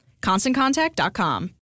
ConstantContact.com